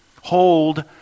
Hold